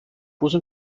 puso